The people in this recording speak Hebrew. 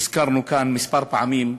הוזכרנו כאן כמה פעמים,